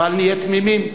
בל נהיה תמימים,